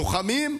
לוחמים,